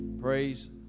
Praise